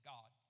God